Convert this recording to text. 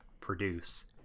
produce